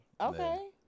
okay